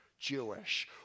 Jewish